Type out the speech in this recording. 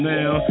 Now